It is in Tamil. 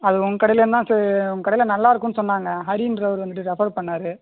அது உங்கள் கடையிலேருந்து தான் உங்கள் கடையில் நல்லா இருக்குதுன்னு சொன்னாங்கள் ஹரின்றவரு வந்துட்டு ரெஃபர் பண்ணாரு